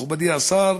מכובדי השר,